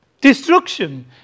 Destruction